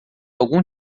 algum